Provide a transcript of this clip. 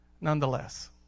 Nonetheless